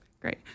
Great